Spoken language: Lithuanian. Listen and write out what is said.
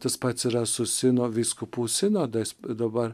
tas pats yra su sino vyskupų sinodais dabar